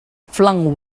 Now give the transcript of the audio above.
flung